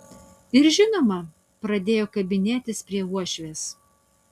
ir žinoma pradėjo kabinėtis prie uošvės